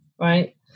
right